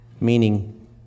Meaning